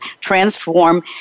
transform